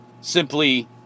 simply